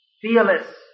fearless